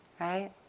right